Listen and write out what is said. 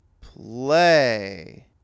Play